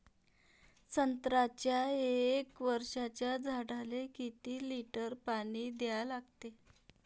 संत्र्याच्या एक वर्षाच्या झाडाले किती लिटर पाणी द्या लागते?